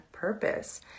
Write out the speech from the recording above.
purpose